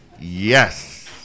yes